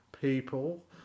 people